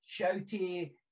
shouty